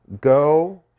Go